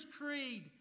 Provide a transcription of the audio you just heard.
creed